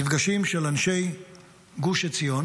מפגשים של אנשי גוש עציון